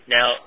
Now